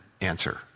answer